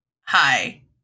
hi